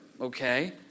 Okay